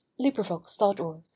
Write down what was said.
LibriVox.org